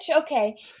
okay